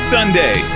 Sunday